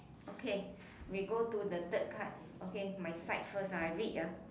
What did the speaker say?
okay we go to the third card okay my side first I read ah